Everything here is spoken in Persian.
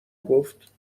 گفت